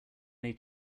may